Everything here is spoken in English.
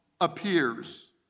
appears